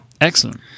excellent